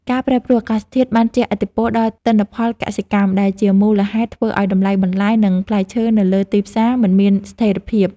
ការប្រែប្រួលអាកាសធាតុបានជះឥទ្ធិពលដល់ទិន្នផលកសិកម្មដែលជាមូលហេតុធ្វើឱ្យតម្លៃបន្លែ និងផ្លែឈើនៅលើទីផ្សារមិនមានស្ថិរភាព។